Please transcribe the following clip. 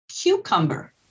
cucumber